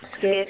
skip